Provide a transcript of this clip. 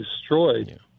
destroyed